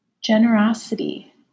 generosity